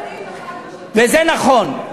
וזה נכון.